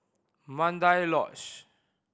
Mandai Lodge